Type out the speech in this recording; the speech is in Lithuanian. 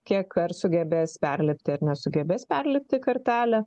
kiek ar sugebės perlipti ar nesugebės perlipti kartelę